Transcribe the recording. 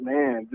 Man